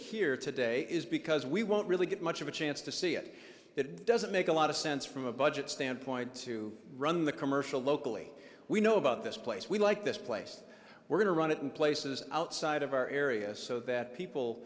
here today is because we won't really get much of a chance to see it it doesn't make a lot of sense from a budget standpoint to run the commercial locally we know about this place we like this place we're going to run it in places outside of our area so that people